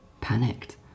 panicked